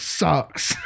sucks